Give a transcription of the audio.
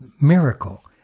miracle